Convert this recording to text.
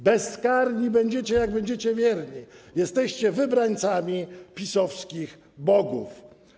Bezkarni będziecie, jak będziecie wierni, jesteście wybrańcami PiS-owskich bogów.